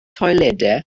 toiledau